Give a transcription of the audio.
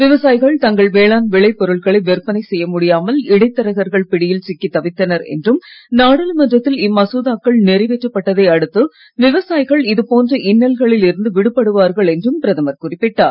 விவசாயிகள் தங்கள் வேளாண் விளைப் பொருட்களை விற்பனை செய்ய முடியாமல் இடைத்தரகர்கள் பிடியில் சிக்கி தவித்தனர் என்றும் நாடாளுமன்றத்தில் இம்மசோதாக்கள் நிறைவேற்றப்பட்டதை அடுத்து விவசாயிகள் இதுபோன்ற இன்னல்களில் இருந்து விடுபடுவார்கள் என்றும் பிரதமர் குறிப்பிட்டார்